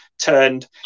turned